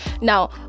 Now